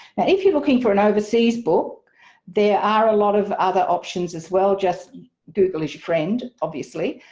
and if you're looking for an overseas book there are a lot of other options as well just google is your friend, obviously,